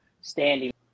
standing